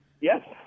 Yes